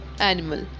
animal